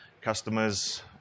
customers